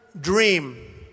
dream